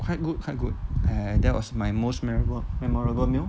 quite good quite good and that was my most memorable memorable meal